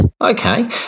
Okay